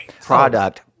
product